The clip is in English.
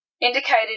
indicated